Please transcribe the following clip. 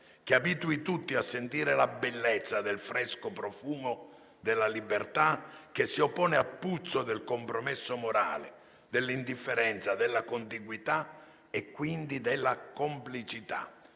che abitui tutti a sentire la bellezza del fresco profumo della libertà che si oppone al puzzo del compromesso morale, dell'indifferenza, della contiguità e quindi della complicità».